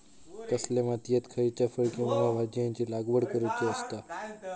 कसल्या मातीयेत खयच्या फळ किंवा भाजीयेंची लागवड करुची असता?